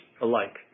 alike